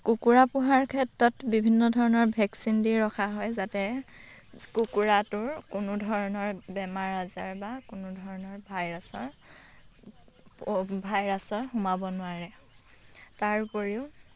কুকুৰা পোহাৰ ক্ষেত্ৰত বিভিন্ন ধৰণৰ ভেকচিন দি ৰখা হয় যাতে কুকুৰাটোৰ কোনো ধৰণৰ বেমাৰ আজাৰ বা কোনো ধৰণৰ ভাইৰাছৰ ভাইৰাছৰ সোমাব নোৱাৰে তাৰ উপৰিও